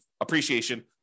appreciation